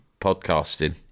podcasting